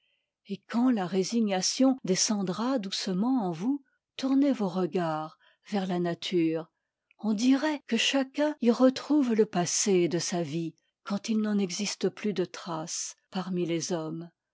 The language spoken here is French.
et quand la résignation descendra doucement en vous tournez vos regards vers la nature on dirait que chacun y retrouve le passé de sa vie quand il n'en existe plus de traces parmi les hommes